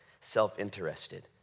self-interested